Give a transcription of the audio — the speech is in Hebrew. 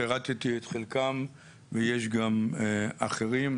פירטתי את חלקם ויש גם אחרים,